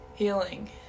Healing